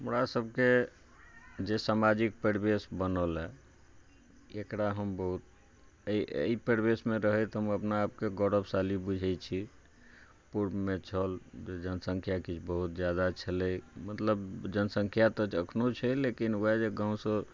हमरा सभके जे सामाजिक परिवेश बनल है एकरा हम बहुत एहि एहि परिवेशमे रहैत हम अपना आपके गौरवशाली बुझै छी पूर्वमे छल जे जनसँख्या बहुत जादा छलै मतलब जनसंख्या तऽ एखनो छै लेकिन वएहे जे गाँवसँ